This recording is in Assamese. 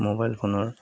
ম'বাইল ফোনৰ